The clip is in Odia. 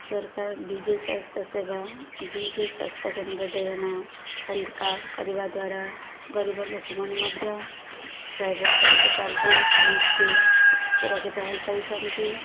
ସରକାର ବିଜୁ ସ୍ୱାସ୍ଥ୍ୟ ସେବା ବିଜୁ ସ୍ୱାସ୍ଥ୍ୟ କେନ୍ଦ୍ର ଯୋଜନା ହେଲ୍ଥ କାର୍ଡ଼ କରିବା ଦ୍ୱାରା ଗରିବ ଲୋକମାନେ ମଧ୍ୟ ପ୍ରାଇଭେଟ ହସ୍ପିଟାଲରେ ସମସ୍ତେ ସୁରକ୍ଷିତ ହୋଇପାରିଛନ୍ତି